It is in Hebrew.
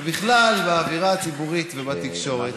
ובכלל, באווירה הציבורית ובתקשורת